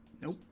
Nope